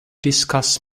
discuss